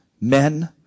men